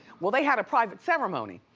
well they had a private ceremony,